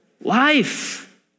life